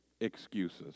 excuses